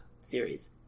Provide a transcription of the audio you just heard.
series